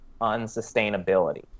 unsustainability